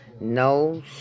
No